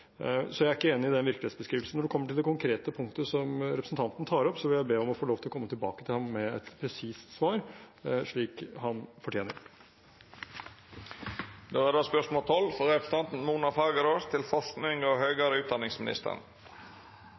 Så jeg er ikke enig i den virkelighetsbeskrivelsen. Når det gjelder det konkrete punktet som representanten tar opp, vil jeg be om å få lov til å komme tilbake til ham med et presist svar, slik han fortjener.